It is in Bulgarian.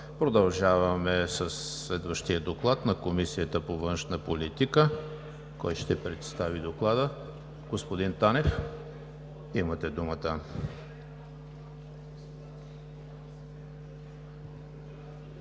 Продължаваме със следващия доклад на Комисията по външна политика. Кой ще представи Доклада? Господин Танев, имате думата.